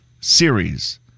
series